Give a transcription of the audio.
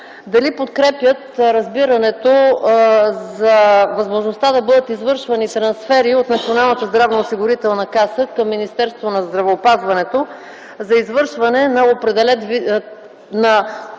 дали подкрепят разбирането за възможността да бъдат извършвани трансфери от Националната здравноосигурителна каса към Министерството на здравеопазването за извършване на определени